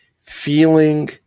feeling